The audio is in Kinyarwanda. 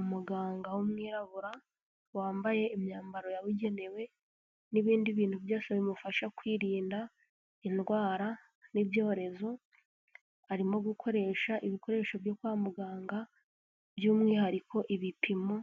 Umuganga w'umwirabura wambaye imyambaro yabugenewe n'ibindi bintu byose bimufasha kwirinda indwara n'ibyorezo, arimo gukoresha ibikoresho byo kwa muganga, by'umwihariko ibipimo